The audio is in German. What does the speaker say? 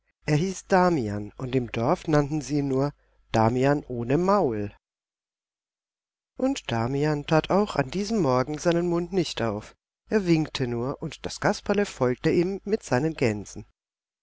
er hieß damian und im dorf nannten sie ihn nur damian ohne maul und damian tat auch an diesem morgen seinen mund nicht auf er winkte nur und das kasperle folgte ihm mit seinen gänsen